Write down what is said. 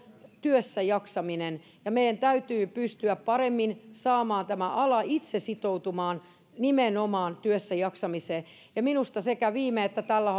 työssäjaksaminen ja meidän täytyy pystyä paremmin saamaan tämä ala itse sitoutumaan nimenomaan työssäjaksamiseen minusta sekä viime että tällä